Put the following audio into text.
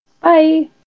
Bye